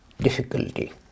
difficulty